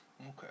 Okay